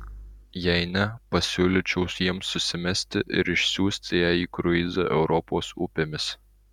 jei ne pasiūlyčiau jiems susimesti ir išsiųsti ją į kruizą europos upėmis